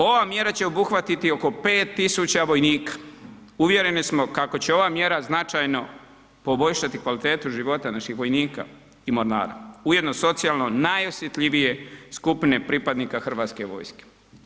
Ova mjera će obuhvatiti oko 5 tisuća vojnika, uvjereni smo kako će ova mjera značajno poboljšati kvalitetu života naših vojnika i mornara, ujedno socijalno najosjetljivije skupine pripadnika Hrvatske vojske.